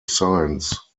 science